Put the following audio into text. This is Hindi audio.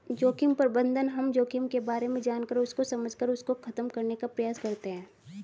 जोखिम प्रबंधन हम जोखिम के बारे में जानकर उसको समझकर उसको खत्म करने का प्रयास करते हैं